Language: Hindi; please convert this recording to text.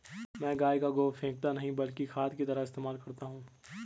मैं गाय का गोबर फेकता नही बल्कि खाद की तरह इस्तेमाल करता हूं